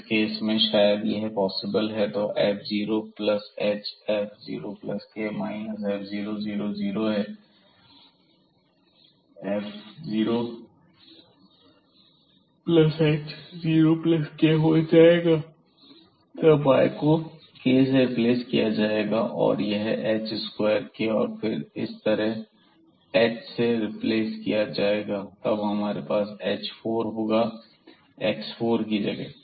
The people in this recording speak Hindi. इस केस में शायद यह पॉसिबल है तो जब f0h0k f00 जीरो है f0h0k हो जाएगा तब y को k से रिप्लेस किया जाएगा और यह है h2k और फिर x इस h से रिप्लेस किया जाएगा तब हमारे पास h4 होगा x4 की जगह